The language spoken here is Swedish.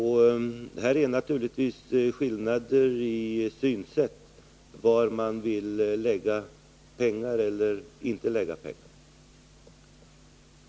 Här föreligger naturligtvis skillnader i synsätt på frågan var man vill lägga pengar och inte lägga pengar.